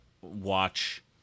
watch